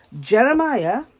Jeremiah